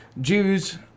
Jews